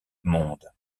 monde